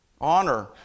honor